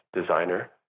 designer